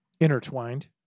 intertwined